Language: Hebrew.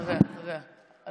אחריה, אז